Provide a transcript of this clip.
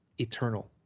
Eternal